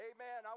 Amen